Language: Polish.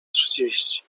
trzydzieści